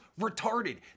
retarded